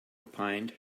opined